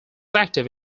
active